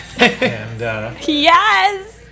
Yes